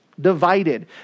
divided